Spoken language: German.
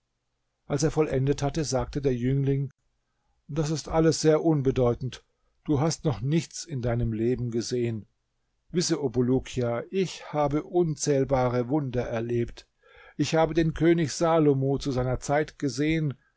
als er vollendet hatte sagte der jüngling das ist alles sehr unbedeutend du hast noch nichts in deinem leben gesehen wisse o bulukia ich habe unzählbare wunder erlebt ich habe den könig salomo zu seiner zeit gesehen